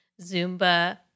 Zumba